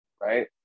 right